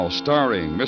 starring